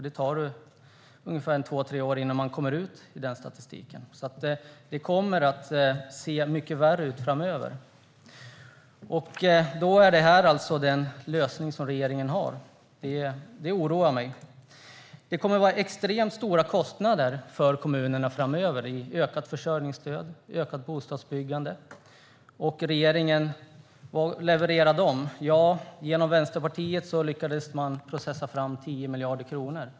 Det tar ungefär två tre år innan man kommer in i den, så det kommer att se mycket värre ut framöver. Då är alltså det här den lösning som regeringen har. Det oroar mig. Det kommer att bli extremt stora kostnader för kommunerna framöver för ökat försörjningsstöd och ökat bostadsbyggande. Och vad levererar regeringen? Jo, genom Vänsterpartiet lyckades man processa fram 10 miljarder kronor.